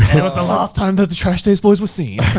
it? it was the last time that the trash days boys were seen.